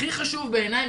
הכי חשוב בעיניי,